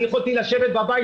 אני יכולתי לשבת בבית,